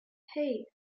hey